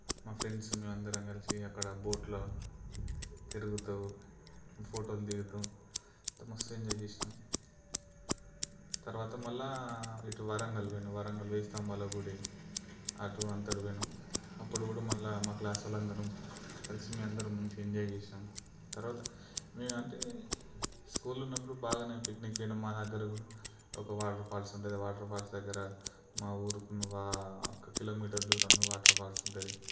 మా ఫ్రెండ్స్ మేము అందరం కలిసి అక్కడ బోట్లో తిరుగుతూ ఫోటోలు దిగటం మస్తు ఎంజాయ్ చేసినాం తర్వాత మళ్ళీ ఇటు వరంగల్ పోయినాం వరంగల్ పోయి వేయి స్తంభాల గుడి అటువంటిదంతా పోయినాం అప్పుడు కూడా మళ్ళీ మా క్లాస్ వాళ్ళు అందరం కలిసి మేము అందరం ఎంజాయ్ చేసినాం తర్వాత మేమంటే స్కూల్ ఉన్నప్పుడు బాగానే పిక్నిక్ పోయినాం మా దగ్గర ఒక వాటర్ఫాల్స్ ఉంటుంది వాటర్ఫాల్స్ దగ్గర మా ఊరు ఒక కిలోమీటర్ దూరంలో వాటర్ఫాల్స్ ఉంటుంది